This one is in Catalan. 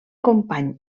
company